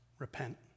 Repent